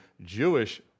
Jewish